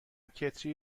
کتری